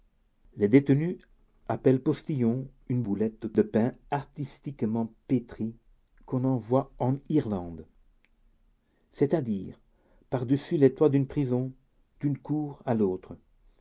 les détenus appellent postillon une boulette de pain artistement pétrie qu'on envoie en irlande c'est-à-dire par-dessus les toits d'une prison d'une cour à l'autre